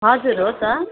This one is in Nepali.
हजुर हो त